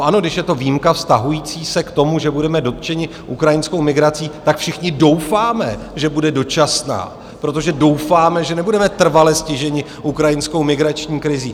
Ano, když je to výjimka vztahující se k tomu, že budeme dotčeni ukrajinskou migrací, tak všichni doufáme, že bude dočasná, protože doufáme, že nebudeme trvale stiženi ukrajinskou migrační krizí.